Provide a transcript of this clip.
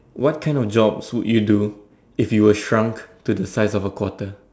what kind of jobs would you do if you were shrunk to a size of a quarter